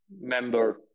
member